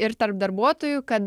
ir tarp darbuotojų kad